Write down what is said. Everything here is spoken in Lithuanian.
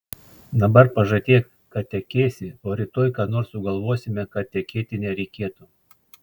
dabar pažadėk kad tekėsi o rytoj ką nors sugalvosime kad tekėti nereikėtų